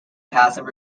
passive